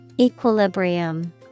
Equilibrium